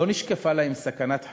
לא נשקפה להם סכנת חיים,